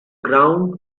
ground